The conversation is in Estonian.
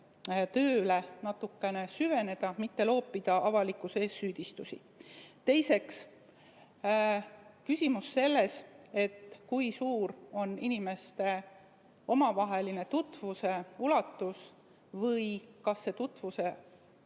töösse natukene süveneda, mitte loopida avalikkuse ees süüdistusi. Teiseks, küsimus sellest, kui suur on inimeste tutvuse ulatus või kas see tutvuse